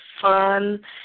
fun